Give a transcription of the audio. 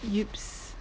cutes